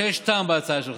יש לי הצעה